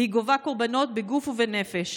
והיא גובה קורבנות בגוף ובנפש.